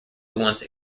once